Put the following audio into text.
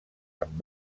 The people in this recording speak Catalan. amb